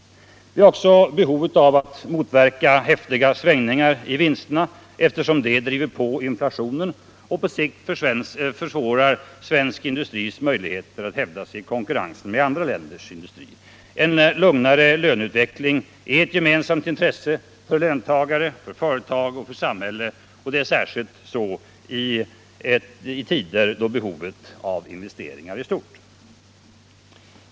Vi har också behov av att motverka häftiga svängningar i vinsterna, eftersom de driver på inflationen och på sikt försvårar svensk industris möjligheter att hävda sig i konkurrensen med andra länders industri. En lugnare löneutveckling är ett gemensamt intresse för löntagare, företag och samhälle. Särskilt i tider då behovet av investeringar är stort.